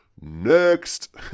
next